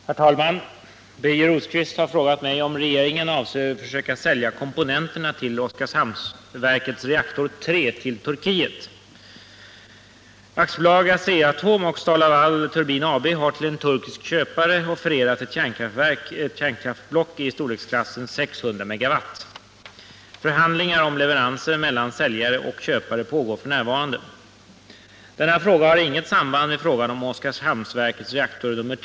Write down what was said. Herr talman! Birger Rosqvist har frågat mig om regeringen avser försöka sälja komponenterna till Oskarshamnsverkets reaktor 3 till Turkiet. AB Asea-Atom och STAL-LAVAL Turbin AB har till en turkisk köpare offererat ett kärnkraftblock i storleksklassen 600 MW. Förhandlingar mellan säljare och köpare om leveranser pågår f. n. Denna fråga har inget samband med frågan om Oskarshamnsverkets reaktor 3.